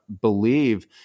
believe